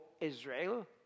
Israel